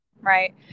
right